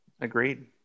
Agreed